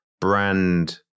brand